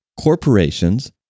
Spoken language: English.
corporations